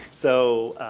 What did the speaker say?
so,